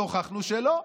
והוכחנו שלא.